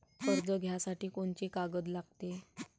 कर्ज घ्यासाठी कोनची कागद लागते?